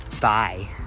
Bye